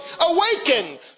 Awaken